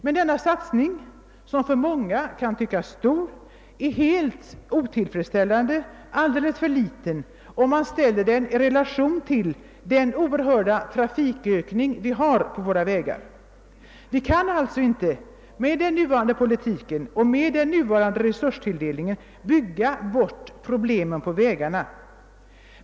Men denna satsning, som för många kan tyckas stor, är alldeles för liten i relation till den oerhörda trafikökningen på vägarna. Vi kan alltså inte med den nuvarande politiken och den nuvarande resurstilldelningen bygga bort problemen på vägarna.